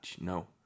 No